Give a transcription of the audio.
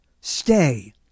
stay